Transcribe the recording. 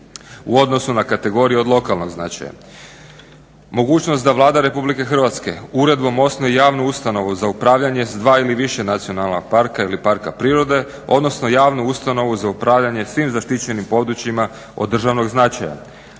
u odnosu na kategorije od lokalnog značaja, mogućnost da Vlada RH uredbom osnuje javnu ustanovu za upravljanje s dva ili više nacionalna parka ili parka prirode odnosno javnu ustanovu za upravljanje svim zaštićenim područjima od državnog značaja.